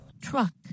truck